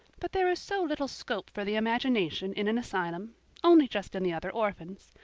but there is so little scope for the imagination in an asylum only just in the other orphans.